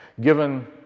given